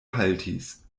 haltis